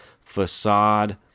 facade